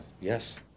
Yes